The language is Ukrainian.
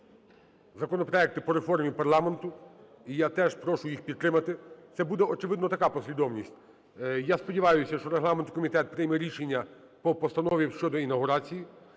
законопроекти по реформі парламенту, і я теж прошу їх підтримати. Це буде, очевидно, така послідовність. Я сподіваюсь, що регламентний комітет прийме рішення по постанові щодо інавгурації.